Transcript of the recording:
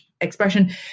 expression